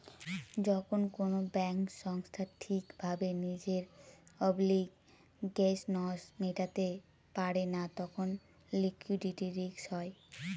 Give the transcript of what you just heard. যখন কোনো ব্যাঙ্ক সংস্থা ঠিক ভাবে নিজের অব্লিগেশনস মেটাতে পারে না তখন লিকুইডিটি রিস্ক হয়